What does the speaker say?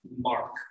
Mark